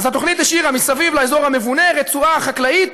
אז התוכנית השאירה מסביב לאזור המבונה רצועה חקלאית